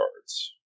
cards